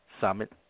summit